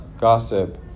gossip